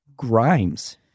grimes